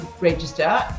register